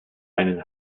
einen